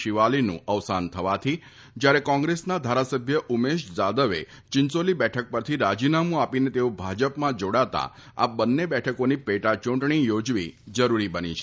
શીવાલીનું અવસાન થવાથી જ્યારે કોંગ્રેસના ધારાસભ્ય ઉમેશ જાદવે ચીંચોલી બેઠક પરથી રાજીનામુ આપીને તેઓ ભાજપમાં જોડાતા આ બંને બેઠકોની પેટા ચૂંટણી યોજવી જરૂરી બની છે